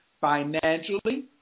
financially